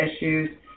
issues